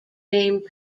named